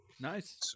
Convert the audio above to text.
Nice